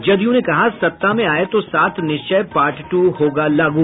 जदयू ने कहा सत्ता में आये तो सात निश्चय पार्ट टू होगा लागू